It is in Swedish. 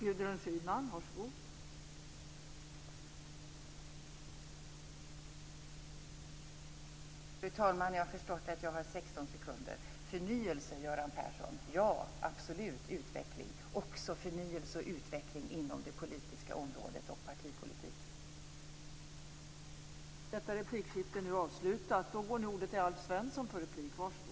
Fru talman! Jag har förstått att jag har 16 sekunders talartid. Förnyelse, Göran Persson - ja, absolut utveckling, men också förnyelse och utveckling inom det politiska området och partipolitiken.